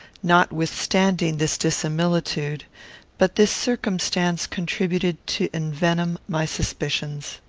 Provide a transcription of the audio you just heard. notwithstanding this dissimilitude but this circumstance contributed to envenom my suspicions.